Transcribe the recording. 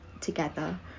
together